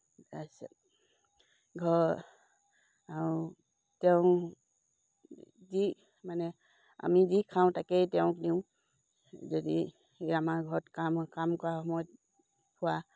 তাৰপিছত ঘৰ আৰু তেওঁ যি মানে আমি যি খাওঁ তাকেই তেওঁক দিওঁ যদি আমাৰ ঘৰত কাম কাম কৰা সময়ত খোৱা